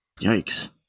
Yikes